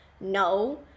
no